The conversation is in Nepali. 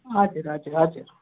हजुर हजुर हजुर